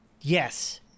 yes